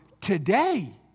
today